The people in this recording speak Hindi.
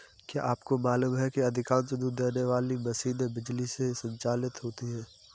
क्या आपको मालूम है कि अधिकांश दूध देने वाली मशीनें बिजली से संचालित होती हैं?